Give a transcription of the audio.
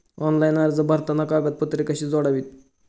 Online अर्ज भरताना कागदपत्रे कशी जोडावीत?